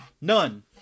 None